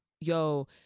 yo